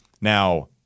Now